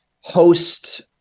host